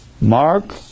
Mark